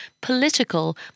political